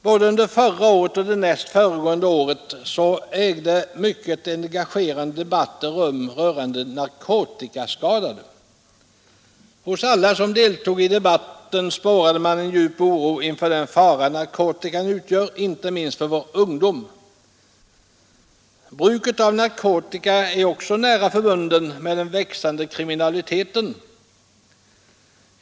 Både under förra året och det näst föregående året ägde mycket engagerande debatter rum rörande narkotikaskadade. Hos alla som deltog i debatten spårade man en djup oro inför den fara narkotika utgör inte minst för vår ungdom. Bruket av narkotika är också nära förbundet med den växande kriminaliteten.